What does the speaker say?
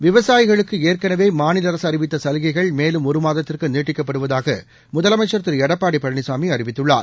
விவசாயிகளுக்குஏற்கனவேமாநிலஅரசுஅறிவித்தசலுகைகள் மேலும் ஒருமாதத்திற்குநீட்டிக்கப்படுவதாகமுதலமைச்சா் திருளடப்பாடிபழனிசாமிஅறிவித்துள்ளார்